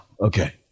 okay